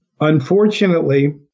Unfortunately